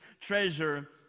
treasure